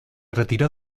retiró